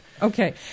Okay